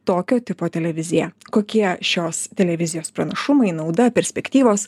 tokio tipo televiziją kokie šios televizijos pranašumai nauda perspektyvos